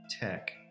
tech